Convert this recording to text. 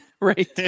right